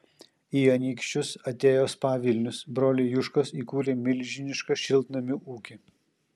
į anykščius atėjo spa vilnius broliai juškos įkūrė milžinišką šiltnamių ūkį